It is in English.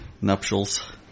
nuptials